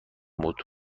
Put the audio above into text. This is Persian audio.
بود